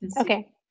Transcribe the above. Okay